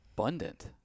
abundant